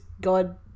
God